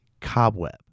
Cobweb